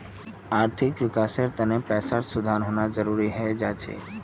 आर्थिक विकासेर तने पैसात सुधार होना जरुरी हय जा छे